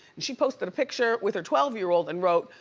and she posted a picture with her twelve year old and wrote,